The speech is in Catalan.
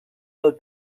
del